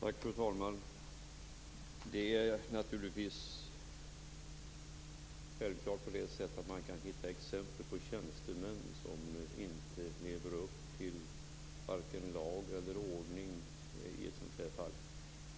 Fru talman! Det är självklart så att man kan hitta exempel på tjänstemän som inte lever upp till vare sig lag eller ordning i ett sådant här sammanhang.